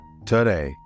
today